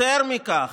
יותר מכך,